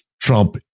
Trump